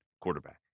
quarterback